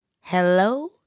Hello